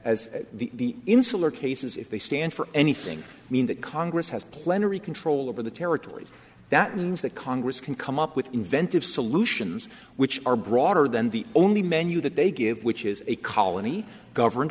as the insular cases if they stand for anything mean that congress has plenary control over the territories that means that congress can come up with inventive solutions which are broader than the only menu that they give which is a colony govern